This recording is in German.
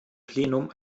plenum